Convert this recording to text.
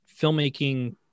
filmmaking